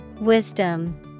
Wisdom